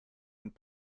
und